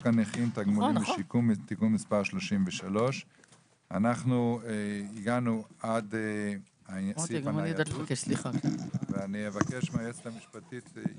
הנכים (תגמולים ושיקום) (תיקון מס' 33). אני מבקש מהיועצת המשפטית,